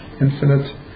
infinite